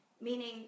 meaning